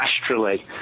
astrally